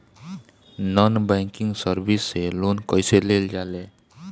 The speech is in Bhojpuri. नॉन बैंकिंग सर्विस से लोन कैसे लेल जा ले?